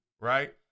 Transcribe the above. right